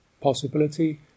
possibility